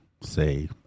say